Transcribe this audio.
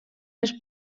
les